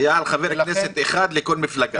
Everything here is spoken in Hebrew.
היה חבר כנסת אחד לכל מפלגה.